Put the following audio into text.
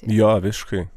jo visiškai